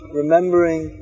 remembering